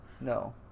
No